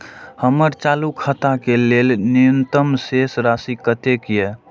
हमर चालू खाता के लेल न्यूनतम शेष राशि कतेक या?